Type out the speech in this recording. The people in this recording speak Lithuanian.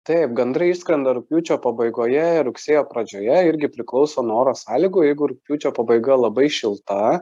taip gandrai išskrenda rugpjūčio pabaigoje rugsėjo pradžioje irgi priklauso nuo oro sąlygų jeigu rugpjūčio pabaiga labai šilta